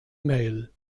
mail